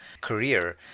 career